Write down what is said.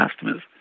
customers